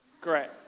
great